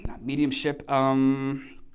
mediumship